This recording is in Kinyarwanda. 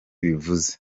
bivuze